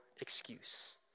excuse